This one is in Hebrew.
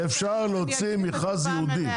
אפשר להוציא מכרז ייעודי.